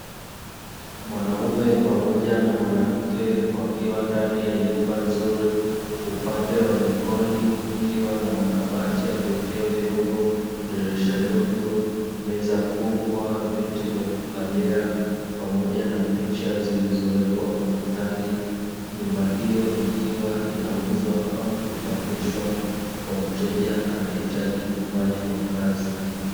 Mwanaume pamoja na mwanamke wakiwa ndani ya nyumba nzuri, upande wa jikoni kukiwa na makabati ya kuwekea vyombo, dirisha dogo, meza kubwa, viti vya kukalia, pamoja na picha zilizowekwa ukutani. Nyumba hiyo ikiwa inauzwa au kupangishwa, kwa mteja aneyehitaji kufanya makazi.